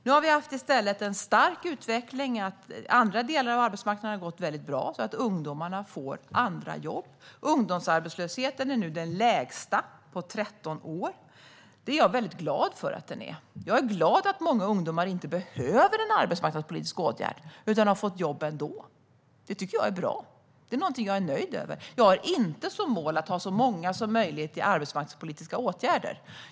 Nu har vi i stället haft en stark utveckling. Andra delar av arbetsmarknaden har gått väldigt bra, så att ungdomarna får andra jobb. Ungdomsarbetslösheten är nu den lägsta på 13 år. Det är jag väldigt glad för. Jag är glad över att många ungdomar inte behöver en arbetsmarknadspolitisk åtgärd utan har fått jobb ändå. Det tycker jag är bra. Det är någonting jag är nöjd över. Jag har inte som mål att ha så många som möjligt i arbetsmarknadspolitiska åtgärder.